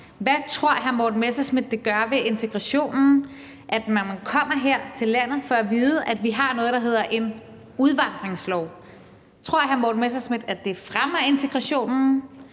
Hvad tror hr. Morten Messerschmidt det gør ved integrationen, at man, når man kommer her til landet, får at vide, at vi har noget, der hedder en udvandringslov? Tror hr. Morten Messerschmidt, at det fremmer integrationen,